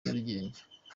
nyarugenge